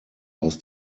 aus